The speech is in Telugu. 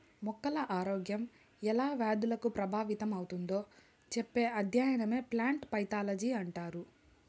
మొక్కల ఆరోగ్యం ఎలా వ్యాధులకు ప్రభావితమవుతుందో చెప్పే అధ్యయనమే ప్లాంట్ పైతాలజీ అంటారు